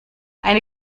eine